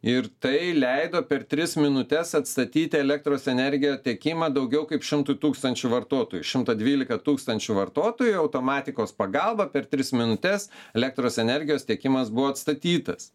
ir tai leido per tris minutes atstatyti elektros energijos tiekimą daugiau kaip šimtui tūkstančių vartotojų šimtą dvylika tūkstančių vartotojų automatikos pagalba per tris minutes elektros energijos tiekimas buvo atstatytas